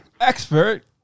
expert